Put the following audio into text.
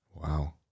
Wow